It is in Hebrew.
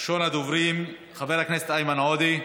ראשון הדוברים, חבר הכנסת איימן עודה,